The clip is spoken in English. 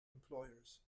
employers